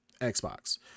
Xbox